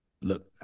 Look